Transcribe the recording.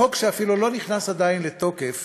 חוק שאפילו לא נכנס עדיין לתוקף